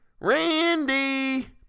Randy